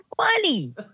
money